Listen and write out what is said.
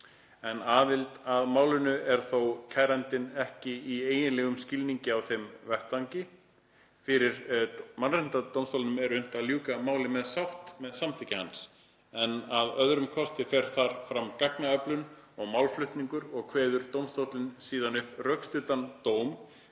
en aðild að málinu á þó kærandinn ekki í eiginlegum skilningi á þessum vettvangi. Fyrir mannréttindadómstólnum er unnt að ljúka máli með sátt með samþykki hans, en að öðrum kosti fer þar fram gagnaöflun og málflutningur og kveður dómstóllinn síðan upp rökstuddan dóm